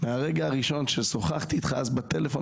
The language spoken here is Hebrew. מהרגע הראשון ששוחתי איתך אז בטלפון,